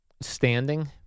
standing